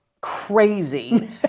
crazy